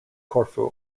corfu